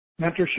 Mentorship